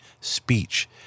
speech